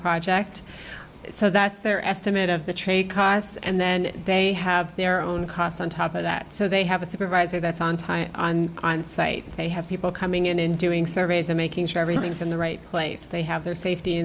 project so that's their estimate of the trade costs and then they have their own costs on top of that so they have a supervisor that's on time on site they have people coming in and doing surveys and making sure everything's in the right place they have their safety